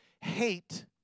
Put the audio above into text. Hate